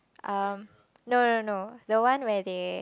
um no no no the one where they